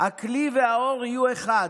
הכלי והאור יהיו אחד,